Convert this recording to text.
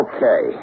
Okay